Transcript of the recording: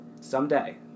Someday